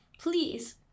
please